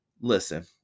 listen